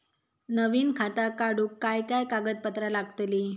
नवीन खाता काढूक काय काय कागदपत्रा लागतली?